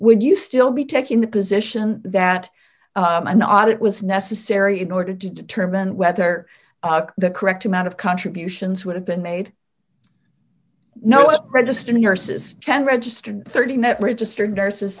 would you still be taking the position that not it was necessary in order to determine whether the correct amount of contributions would have been made no it registered here says ten registered thirty net registered nurses